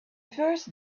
first